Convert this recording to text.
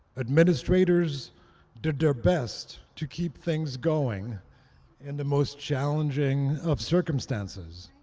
administrators did their best to keep things going in the most challenging of circumstances.